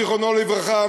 זיכרונו לברכה,